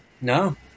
No